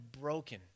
broken